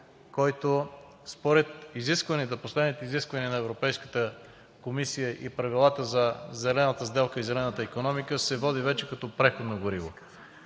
който според последните изисквания на Европейската комисия и правилата за Зелената сделка и зелената икономика се води вече като преходно гориво?